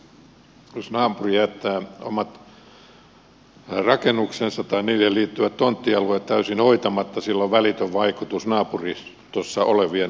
jos naapuri jättää omat rakennuksensa tai niihin liittyvät tonttialueet täysin hoitamatta sillä on välitön vaikutus naapuristossa olevien kiinteistöjen arvoon